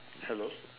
hello